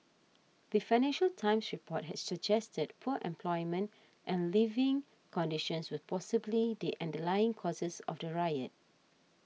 the Financial Times report had suggested poor employment and living conditions were possibly the underlying causes of the riot